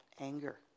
anger